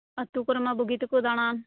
ᱟᱛᱩ ᱠᱚᱨᱮᱢᱟ ᱵᱩᱜᱤᱛᱮᱠᱚ ᱫᱟᱸᱬᱟᱱ